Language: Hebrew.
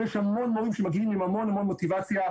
ויש המון מורים שמגיעים עם המון המון מוטיבציה,